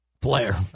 player